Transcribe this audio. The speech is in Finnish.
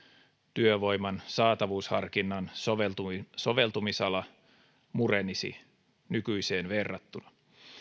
työvoiman saatavuusharkinnan soveltumisala murenisi nykyiseen verrattuna